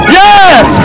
yes